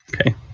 Okay